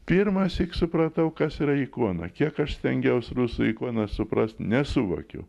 pirmąsyk supratau kas yra ikona kiek aš stengiaus rusų ikonas suprast nesuvokiau